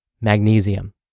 magnesium